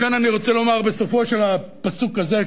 לכן אני רוצה לומר בסופו של הפסוק הזה,